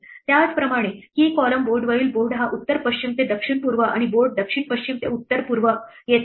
त्याच प्रमाणे key column बोर्डवरील बोर्ड हा उत्तर पश्चिम ते दक्षिण पूर्व आणि बोर्ड दक्षिण पश्चिम ते उत्तर पूर्व येथे आहे